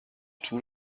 تور